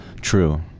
True